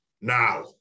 Now